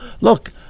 Look